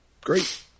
Great